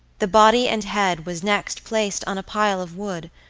the body and head was next placed on a pile of wood,